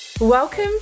Welcome